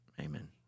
Amen